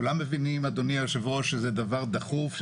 כולם מבינים אדוני יושב הראש שזה דבר דחוף,